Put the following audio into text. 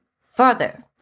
further